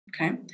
Okay